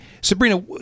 Sabrina